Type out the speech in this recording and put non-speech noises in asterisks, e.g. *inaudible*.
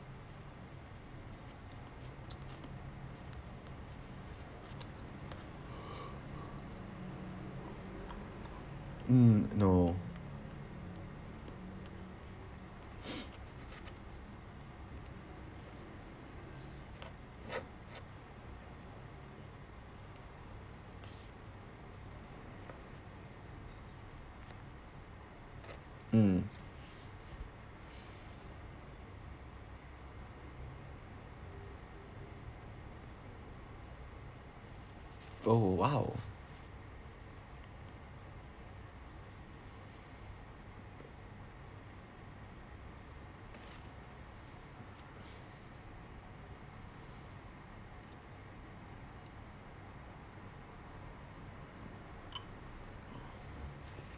*noise* mm no *noise* mm oh !wow!